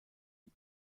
die